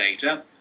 data